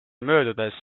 möödudes